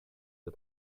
the